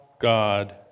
God